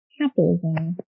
capitalism